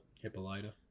hippolyta